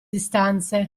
distanze